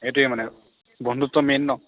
সেইটোৱেই মানে বন্ধুত্ব মেইন ন